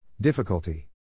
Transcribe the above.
Difficulty